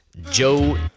Joe